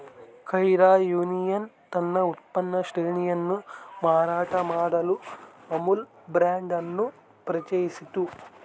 Kaira union ತನ್ನ ಉತ್ಪನ್ನ ಶ್ರೇಣಿಯನ್ನು ಮಾರಾಟ ಮಾಡಲು ಅಮುಲ್ ಬ್ರಾಂಡ್ ಅನ್ನು ಪರಿಚಯಿಸಿತು